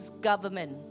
government